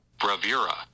bravura